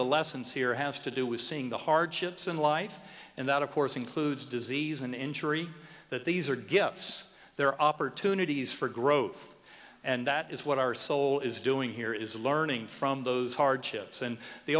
the lessons here has to do with seeing the hardships in life and that of course includes disease and injury that these are gifts there are opportunities for growth and that is what our soul is doing here is learning from those hardships and the